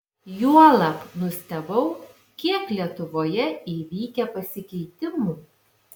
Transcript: juolab nustebau kiek lietuvoje įvykę pasikeitimų